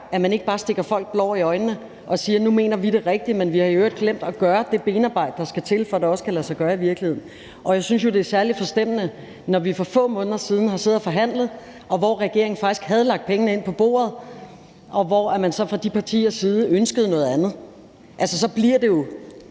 at man ikke bare stikker folk blår i øjnene og siger: Nu mener vi det rigtige, men vi har i øvrigt glemt at gøre det benarbejde, der skal til, for at det også kan lade sig gøre i virkeligheden. Og jeg synes, det er særlig forstemmende, når vi for få måneder siden har siddet og forhandlet, og hvor regeringen faktisk havde lagt pengene på bordet, men hvor man så fra de partiers side ønskede noget andet. Altså, så bliver det jo